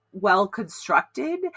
well-constructed